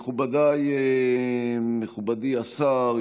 מכובדי השר,